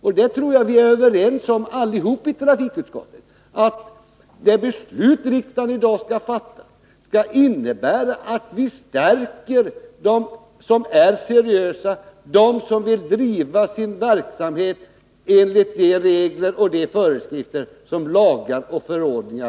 Och jag tror att alla i trafikutskottet är överens om att det beslut som riksdagen i dag skall fatta kommer att innebära att vi slår vakt om dem som är seriösa och vill driva sin verksamhet enligt de regler och föreskrifter som vi i lagar och förordningar